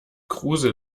kruse